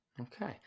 Okay